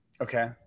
Okay